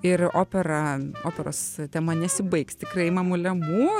ir opera operos tema nesibaigs tikrai mamule mū